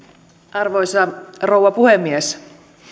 arvoisa rouva puhemies